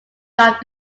not